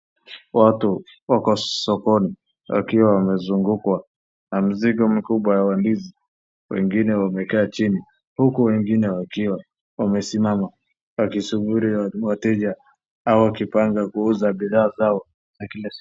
Watu wako sokoni wakiwa wamezungukwa na mzigo mikubwa wa ndizi. Wengine wamekaa chini huku wengine wakiwa wamesimama, wakisubiri wateja au wakipanga kuuza bidhaa zao ya kila siku.